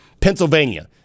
Pennsylvania